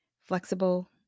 flexible